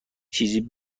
چیزی